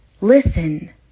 listen